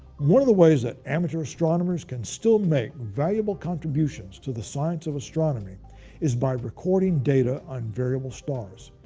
one of the ways that amateur astronomers can still make valuable contributions to the science of astronomy is by recording data on variable stars.